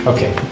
Okay